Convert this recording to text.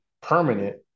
permanent